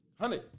Honey